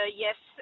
yes